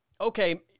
okay